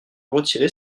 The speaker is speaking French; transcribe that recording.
retiré